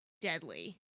deadly